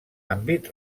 àmbit